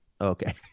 Okay